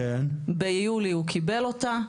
ביולי קיבל אותה.